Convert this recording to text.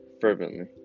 fervently